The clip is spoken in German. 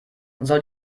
soll